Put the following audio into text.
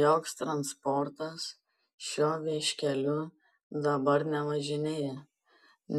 joks transportas šiuo vieškeliu dabar nevažinėja